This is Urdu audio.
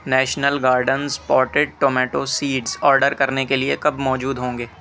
national gardens potted tomato seeds order کرنے کے لیے کب موجود ہوں گے